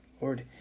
Lord